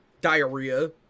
Diarrhea